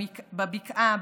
בבקעה,